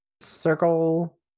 circle